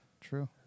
True